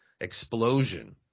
explosion